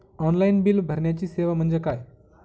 Online bill भरण्याची सेवा म्हणजे काय?